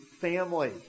family